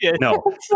No